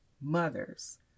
mothers